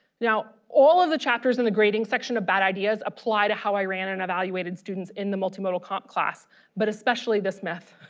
now all of the chapters in the grading section of bad ideas apply to how i ran and evaluated students in the multimodal comp class but especially this myth.